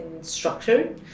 structured